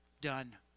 done